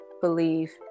believe